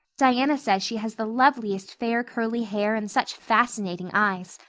diana says she has the loveliest fair curly hair and such fascinating eyes.